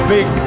Big